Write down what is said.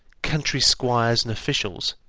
country squires and officials,